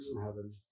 heaven